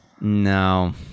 No